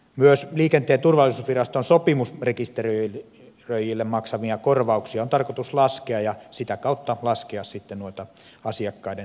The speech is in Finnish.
myös liikenteen turvallisuusviraston sopimusrekisteröijille maksamia korvauksia on tarkoitus laskea ja sitä kautta laskea noita asiakkaiden rekisteröintikustannuksia